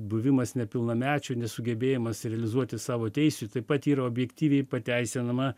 buvimas nepilnamečiu nesugebėjimas realizuoti savo teisių taip pat yra objektyviai pateisinama